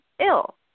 ill